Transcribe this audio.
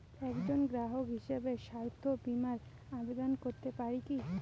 একজন গ্রাহক হিসাবে স্বাস্থ্য বিমার আবেদন করতে পারি কি?